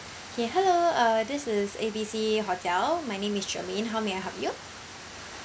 okay hello uh this is A B C hotel my name is germaine how may I help you